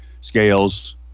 scales